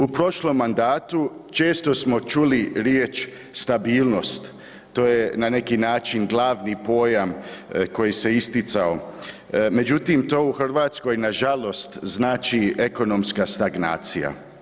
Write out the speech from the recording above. U prošlom mandatu često smo čuli riječ stabilnost, to je na neki način glavni pojam koji se isticao, međutim to u Hrvatskoj nažalost znači ekonomska stagnacija.